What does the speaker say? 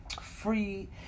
free